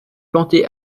plantés